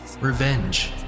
revenge